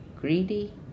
greedy